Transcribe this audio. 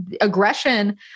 aggression